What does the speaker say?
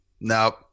nope